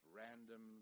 random